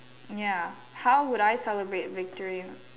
ya how would I celebrate victory